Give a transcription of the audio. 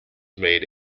made